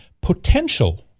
potential